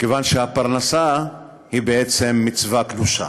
מכיוון שהפרנסה היא בעצם מצווה קדושה.